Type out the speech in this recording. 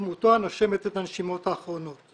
דמותו הנושמת את הנשימות האחרונות.